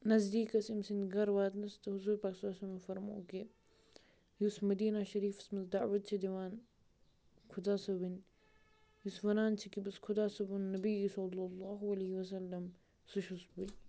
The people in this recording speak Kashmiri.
نزدیٖک ٲسۍ أمۍ سٕنٛدۍ گَرٕ واتنَس تہٕ حضوٗر پاک صَلی اللہُ عِلَیہ وَسَلمو فرمو کہِ یُس مدیٖنہ شریٖفَس منٛز دعوت چھِ دِوان خۄدا صٲبٕنۍ یُس وَنان چھِ کہِ بہٕ چھُس خۄدا صٲبُن نبی صَلی اللہُ عِلَیہ وَسَلم سُہ چھُس بٕے